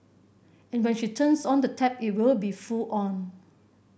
and when she turns on the tap it will be full on